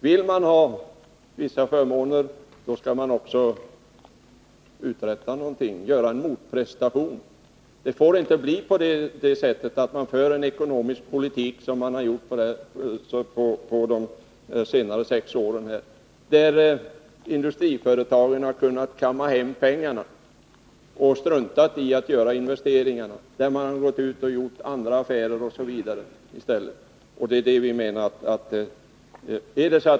Vill industrin ha vissa förmåner, skall industrin också göra en motprestation. Man får inte föra en politik av det slag som förts under de senaste sex åren, varvid industriföretagen har kunnat kamma hem pengarna och strunta i att göra investeringar för att i stället göra andra affärer.